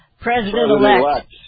President-elect